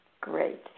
Great